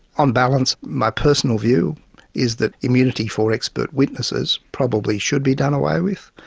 on balance, my personal view is that immunity for expert witnesses probably should be done away with,